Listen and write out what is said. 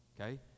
Okay